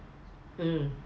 mm